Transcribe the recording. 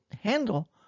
handle